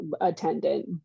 attendant